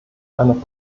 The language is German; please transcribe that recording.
einer